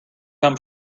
come